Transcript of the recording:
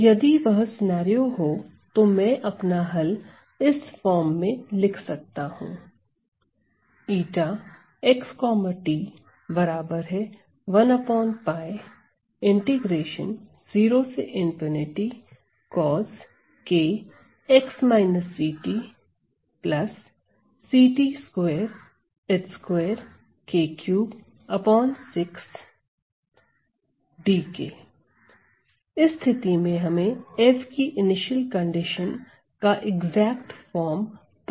तो यदि वह सिनेरियो हो तो मैं अपना हल इस फॉर्म में लिख सकता हूं इस स्थिति में हमें f की इनिशियल कंडीशन का एग्जैक्ट फॉर्म पता है